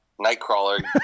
nightcrawler